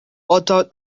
although